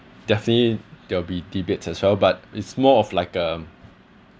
definitely there will be debates as well but it's more of like um